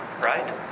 Right